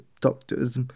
doctors